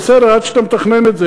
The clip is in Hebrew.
אבל עד שאתה מתכנן את זה,